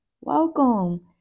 welcome